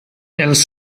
els